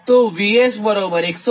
તો VS145